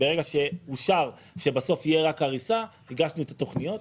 ברגע שאושר שבסוף תהיה רק הריסה הגשנו את התוכניות,